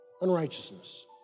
unrighteousness